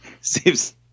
saves